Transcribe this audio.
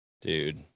Dude